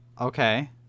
Okay